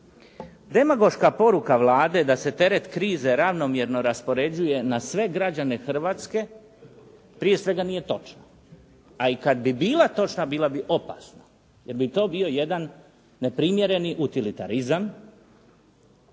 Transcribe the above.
Demagoška poruka Vlade da se teret krize ravnomjerno raspoređuje na sve građane Hrvatske prije svega nije točna, a i kad bi bila točna bila bi opasna jer bi to bio jedan neprimjereni utilitarizam.